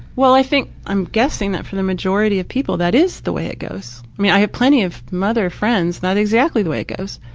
well, i think, i'm guessing that for the majority of people that is the way it goes. i mean i have plenty of mother friends that it's exactly the way it goes.